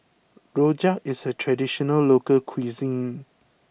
Rojak is a traditional local cuisine